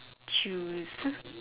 choose